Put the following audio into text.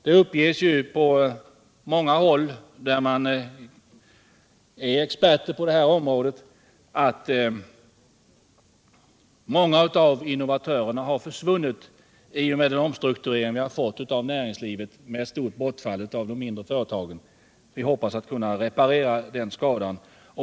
Det uppges på flera håll där man har experter på detta område att många innovatörer har försvunnit i och med den omstrukturering av näringslivet som vi har fått och som lett till ett stort bortfall av de mindre företagen, inom vilka mycket nytänkande och nyskapande sker. Vi hoppas kunna reparera den skadan.